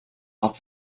off